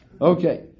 Okay